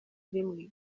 rimwe